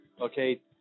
okay